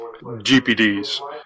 GPDs